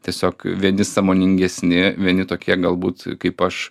tiesiog vieni sąmoningesni vieni tokie galbūt kaip aš